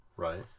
Right